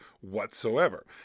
whatsoever